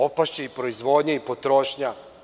Opašće i proizvodnja i potrošnja.